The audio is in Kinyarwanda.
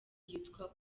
yitwa